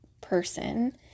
person